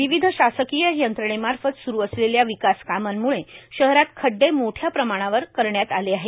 विविध शासकीय यंत्रणेमार्फत सुरू असलेल्या विकास कामांमुळे शहरात खड्डे मोठ्या प्रमाणावर करण्यात आले आहे